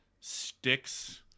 sticks